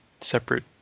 separate